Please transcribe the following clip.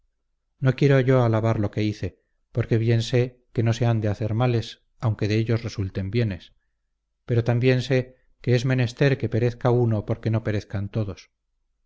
no quiero yo alabar lo que hice porque bien sé que no se han de hacer males aunque de ellos resulten bienes pero también sé que es menester que perezca uno porque no perezcan todos